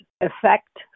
effect